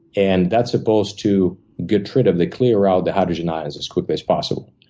and that's supposed to get rid of the clear out the hydrogen ions as quickly as possible.